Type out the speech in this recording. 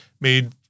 made